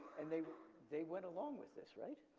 and they they went along with this, right?